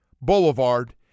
Boulevard